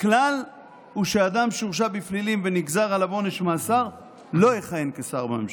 הכלל הוא שאדם שהורשע בפלילים ונגזר עליו עונש מאסר לא יכהן כשר בממשלה.